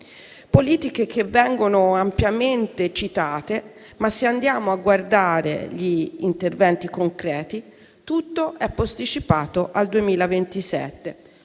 politiche che vengono ampiamente citate, ma se andiamo a guardare gli interventi concreti, tutto è posticipato al 2027,